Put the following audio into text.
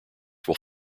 will